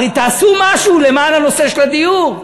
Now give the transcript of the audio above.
הרי תעשו משהו למען הנושא של הדיור.